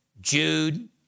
Jude